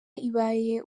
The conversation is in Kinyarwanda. ibaye